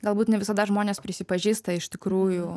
galbūt ne visada žmonės prisipažįsta iš tikrųjų